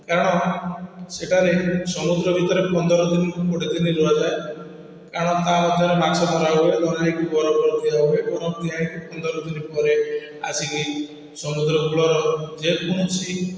କାରଣ ସେଠାରେ ସମୁଦ୍ର ଭିତରେ ପନ୍ଦର ଦିନ ଗୋଟେ ଦିନ ଯୋଡ଼ା ଯାଏ କାରଣ କାହାର ମାଛ ଧରା ହୁଏ ମାଛ ଧରା ହେଇ କି ବରଫ ଠେଲା ହୁଏ ବରଫ ଦିଆ ହେଇ କି ପନ୍ଦର ଦିନ ପରେ ଆସି କି ସମୁଦ୍ର କୂଳର ଯେ କୌଣସି